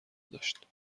داشت